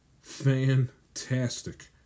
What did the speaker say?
fantastic